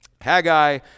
Haggai